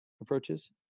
approaches